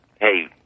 hey